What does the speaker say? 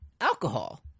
alcohol